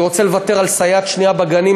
אני רוצה לוותר על סייעת שנייה בגנים,